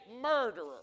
murderer